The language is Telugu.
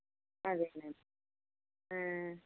అదేను